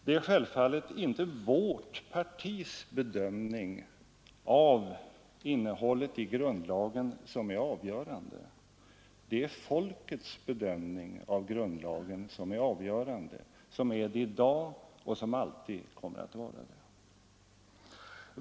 Det är självfallet inte vårt partis bedömning av innehållet i grundlagen som är avgörande. Det är folkets bedömning av grundlagen som är avgörande, som är det i dag och som alltid kommer att vara det.